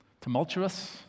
tumultuous